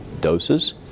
doses